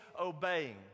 obeying